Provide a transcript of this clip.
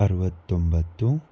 ಅರುವತ್ತೊಂಬತ್ತು